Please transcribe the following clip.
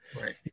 Right